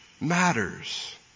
matters